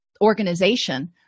organization